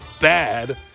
bad